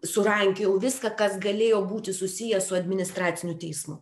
surankiojau viską kas galėjo būti susiję su administraciniu teismu